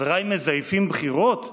חבריי מזייפים בחירות?